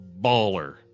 baller